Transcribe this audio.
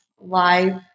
live